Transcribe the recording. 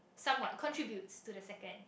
somewhat contributes to the second